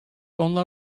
onlar